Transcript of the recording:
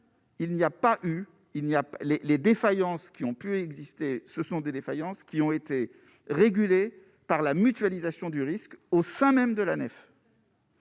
il n'y a pas les les défaillances qui ont pu exister, ce sont des défaillances qui ont été régulé par la mutualisation du risque au sein même de la MNEF.